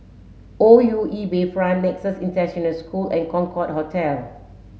O U E Bayfront Nexus International School and Concorde Hotel